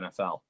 NFL